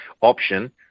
option